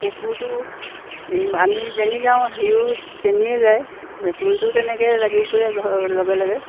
কুকুৰটোও এই আমি যেনি যাওঁ সিও তেনিয়ে যায় মেকুৰীটো তেনেকৈ লাগি ফুৰে ঘৰৰ লগে লগে